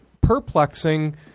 perplexing